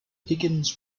higgins